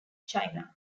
china